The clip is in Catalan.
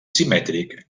simètric